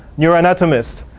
neuroanatomist.